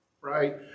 right